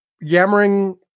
yammering